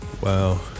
Wow